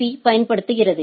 B பயன்படுத்தப்படுகிறது